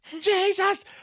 Jesus